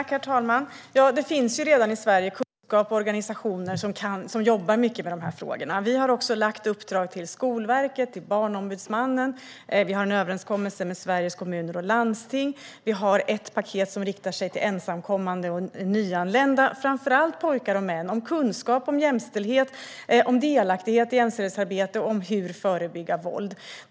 Herr talman! Det finns redan i Sverige kunskap och organisationer som jobbar mycket med de här frågorna. Vi har också gett uppdrag till Skolverket och Barnombudsmannen, vi har en överenskommelse med Sveriges Kommuner och Landsting och vi har ett paket som riktar sig till ensamkommande och nyanlända, framför allt pojkar och män, om kunskap, om jämställdhet och om delaktighet i jämställdhetsarbete och om hur man kan förebygga våld.